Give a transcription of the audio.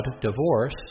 divorce